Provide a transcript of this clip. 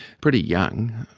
pretty young,